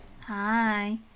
Hi